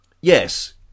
Yes